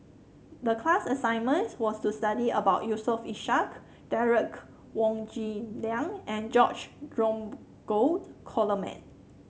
the class assignment was to study about Yusof Ishak Derek Wong Zi Liang and George Dromgold Coleman